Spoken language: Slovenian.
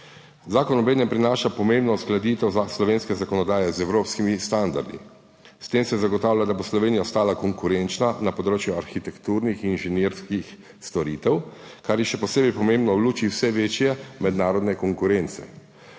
Zakon obenem prinaša pomembno uskladitev slovenske zakonodaje z evropskimi standardi. S tem se zagotavlja, da bo Slovenija ostala konkurenčna na področju arhitekturnih in inženirskih storitev, kar je še posebej pomembno v luči vse večje mednarodne konkurence.